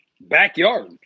Backyard